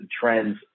trends